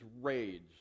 rage